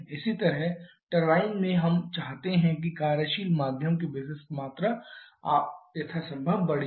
इसी तरह टरबाइन में हम चाहते हैं कि कार्यशील माध्यम की विशिष्ट मात्रा यथासंभव बड़ी हो